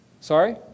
Sorry